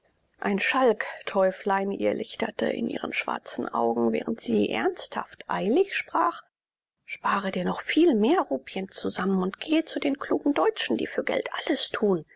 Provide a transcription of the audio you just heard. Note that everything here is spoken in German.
ein schalksteuflein irrlichterte in ihren schwarzen augen während sie ernsthaft eilig sprach spare dir noch viel mehr rupien zusammen und gehe zu den klugen deutschen die für geld alles tun